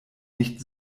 nicht